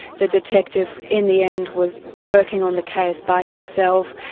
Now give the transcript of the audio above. the detective in the end was working on the case by himself.